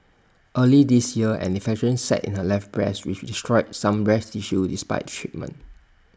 early this year an infection set in her left breast which destroyed some breast tissue despite treatment